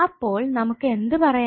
അപ്പോൾ നമുക്ക് എന്ത് പറയാം